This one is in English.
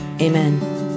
amen